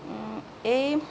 এই